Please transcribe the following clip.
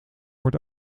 wordt